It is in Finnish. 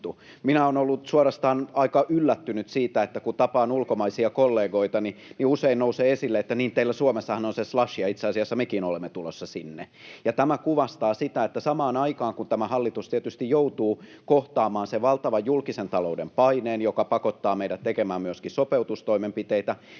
Minä olen ollut suorastaan aika yllättynyt siitä, että kun tapaan ulkomaisia kollegoitani, niin usein nousee esille, että niin, teillä Suomessahan on se Slush, ja itse asiassa mekin olemme tulossa sinne. Tämä kuvastaa sitä, että samaan aikaan, kun tämä hallitus tietysti joutuu kohtaamaan sen valtavan julkisen talouden paineen, joka pakottaa meidät tekemään myöskin sopeutustoimenpiteitä,